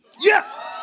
Yes